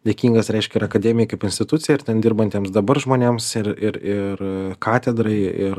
dėkingas reiškia ir akademijai kaip institucijai ir ten dirbantiems dabar žmonėms ir ir ir katedrai ir